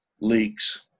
leaks